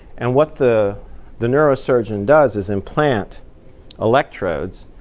and what the the neurosurgeon does is implant electrodes